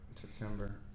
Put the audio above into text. September